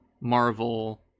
Marvel